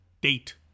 date